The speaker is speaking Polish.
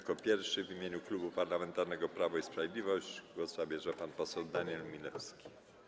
Jako pierwszy w imieniu Klubu Parlamentarnego Prawo i Sprawiedliwość głos zabierze pan poseł Daniel Milewski.